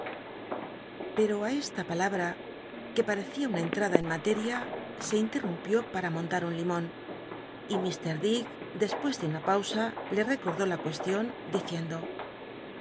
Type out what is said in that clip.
pero i esta palabra c uc parecía una enlrada en materia so interrumpió para monda un limon y m dick despucs de una pausa le recordó la cuestion diciendo